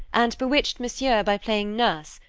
and bewitched monsieur by playing nurse,